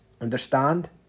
understand